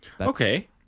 okay